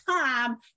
time